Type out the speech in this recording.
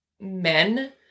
men